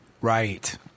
right